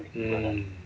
mm